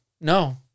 no